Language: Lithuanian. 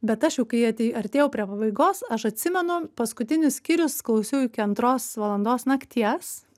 bet aš jau kai atė artėjau prie pabaigos aš atsimenu paskutinius skyrius klausiau iki antros valandos nakties